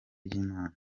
ry’imana